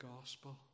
gospel